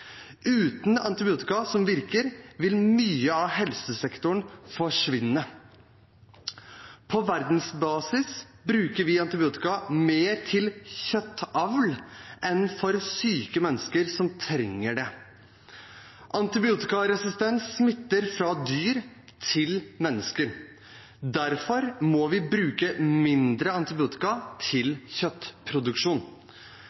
Uten antibiotika som virker, vil mye av helsesektoren forsvinne. På verdensbasis bruker vi antibiotika mer til kjøttavl enn til syke mennesker som trenger det. Antibiotikaresistens smitter fra dyr til mennesker. Derfor må vi bruke mindre antibiotika